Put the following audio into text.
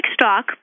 stock